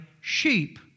sheep